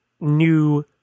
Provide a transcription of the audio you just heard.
new